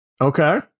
Okay